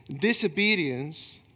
disobedience